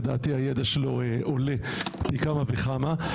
לדעתי הידע שלו עולה פי כמה וכמה.